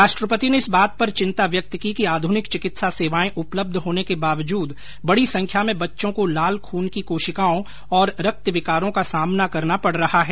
राष्ट्रपति ने इस बात पर चिन्ता व्यक्त की कि आध्रनिक चिकित्सा सेवायें उपलब्ध होने के बावजूद बड़ी संख्या में बच्चों को लाल खून की कोशिकाओं और रक्त विकारों का सामना करना पड़ रहा है